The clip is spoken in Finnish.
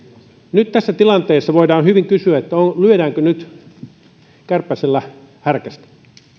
nyt tässä tilanteessa voidaan hyvin kysyä lyödäänkö nyt kärpäsellä härkästä